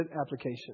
application